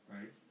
Right